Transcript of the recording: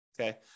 okay